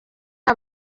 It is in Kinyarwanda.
ari